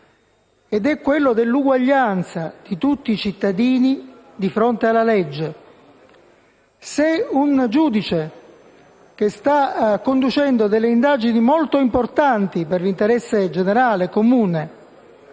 ed è quello dell'uguaglianza di tutti i cittadini di fronte alla legge. Se un giudice che sta conducendo delle indagini molto importanti per l'interesse generale e comune,